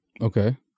Okay